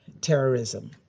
terrorism